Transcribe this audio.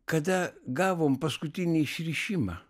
kada gavom paskutinį išrišimą